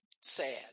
sad